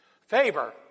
Favor